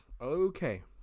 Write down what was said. Okay